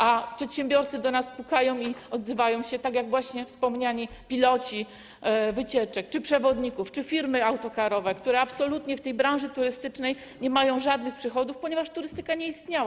A przedsiębiorcy do nas pukają i odzywają się, tak jak właśnie wspomniani piloci wycieczek czy przewodnicy, czy firmy autokarowe, które absolutnie w tej branży turystycznej nie mają żadnych przychodów, ponieważ turystyka nie istniała.